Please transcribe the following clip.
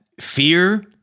fear